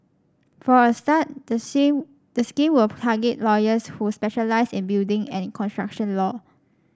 for a start the the scheme will target lawyers who specialise in building and construction law